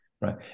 Right